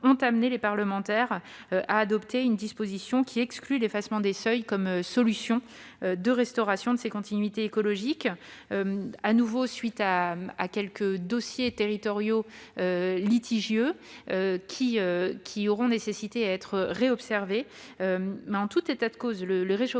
ont amené les parlementaires à adopter une disposition qui exclut l'effacement des seuils comme solution de restauration des continuités écologiques, à la suite de quelques dossiers territoriaux litigieux qu'il aurait fallu réexaminer de plus près. En tout état de cause, le réchauffement